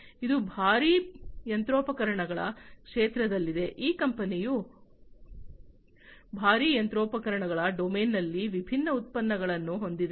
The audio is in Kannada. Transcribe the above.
ಇದು ಭಾರೀ ಯಂತ್ರೋಪಕರಣಗಳ ಕ್ಷೇತ್ರದಲ್ಲಿದೆ ಈ ಕಂಪನಿಯು ಭಾರೀ ಯಂತ್ರೋಪಕರಣಗಳ ಡೊಮೇನ್ನಲ್ಲಿ ವಿಭಿನ್ನ ಉತ್ಪನ್ನಗಳನ್ನು ಹೊಂದಿದೆ